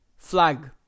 Flag